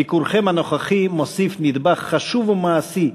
ביקורכם הנוכחי מוסיף נדבך חשוב ומעשי,